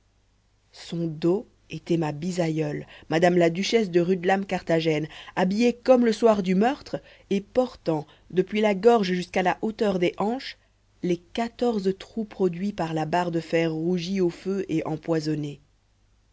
son dos était ma bisaïeule madame la duchesse de rudelamecarthagène habillée comme le soir du meurtre et portant depuis la gorge jusqu'à la hauteur des hanches les quatorze trous produits par la barre de fer rougie au feu et empoisonnée